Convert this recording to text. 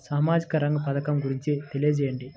సామాజిక రంగ పథకం గురించి తెలియచేయండి?